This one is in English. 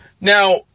Now